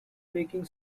baking